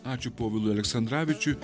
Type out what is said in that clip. ačiū povilui aleksandravičiui